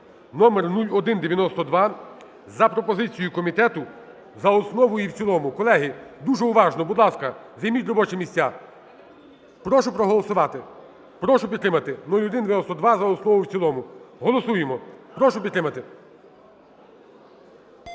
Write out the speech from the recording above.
(№ 0192) за пропозицією комітету за основу і в цілому. Колеги, дуже уважно! Будь ласка, займіть робочі місця. Прошу проголосувати. Прошу підтримати 0192 за основу і в цілому. Голосуємо! Прошу підтримати.